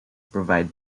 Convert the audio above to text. provide